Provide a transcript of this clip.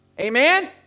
amen